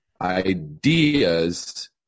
ideas